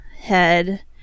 head